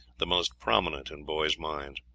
the most prominent in boys' minds.